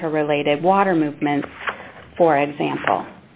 interrelated water movement for example